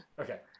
Okay